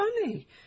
funny